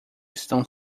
estão